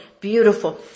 beautiful